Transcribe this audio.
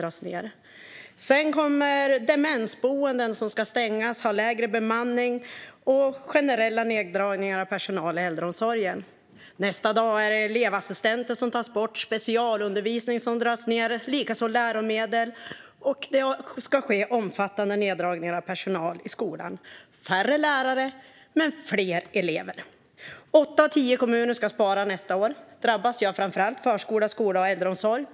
Sedan är det demensboenden som ska stängas eller ha lägre bemanning, och det görs generella neddragningar av personal i äldreomsorgen. Nästa dag är det elevassistenter som tas bort och specialundervisning som dras ned, liksom läromedel, och omfattande neddragningar av personal i skolan som ska göras. Det blir färre lärare men fler elever. Åtta av tio kommuner ska spara nästa år. Detta drabbar framför allt förskola, skola och äldreomsorg.